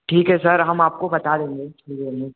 ठीक है सर हम आपको बता देंगे थोड़ी देर में